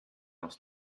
aus